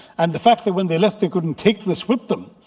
and the fact that when they left they couldn't take this with them.